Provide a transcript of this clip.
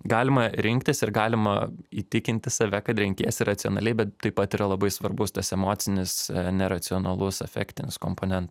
galima rinktis ir galima įtikinti save kad renkiesi racionaliai bet taip pat yra labai svarbus tas emocinis neracionalus afektinis komponentas